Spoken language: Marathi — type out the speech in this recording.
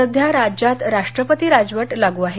सध्या राज्यात राष्ट्रपती राजवट लागू अहे